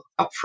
upfront